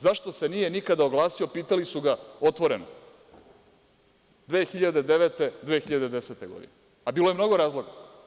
Zašto se nije nikada oglasio, pitali su ga otvoreno 2009, 2010. godine, a bilo je mnogo razloga.